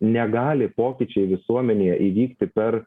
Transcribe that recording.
negali pokyčiai visuomenėje įvykti per